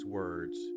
words